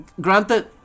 granted